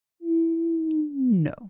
No